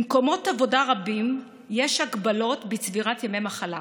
במקומות עבודה רבים יש הגבלות בצבירת ימי מחלה.